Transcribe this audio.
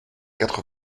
quatre